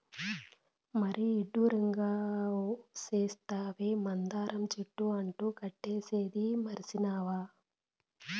మరీ ఇడ్డూరంగా సెప్తావే, మందార చెట్టు అంటు కట్టేదీ మర్సినావా